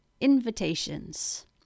invitations